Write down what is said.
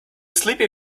sleepy